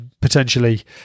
potentially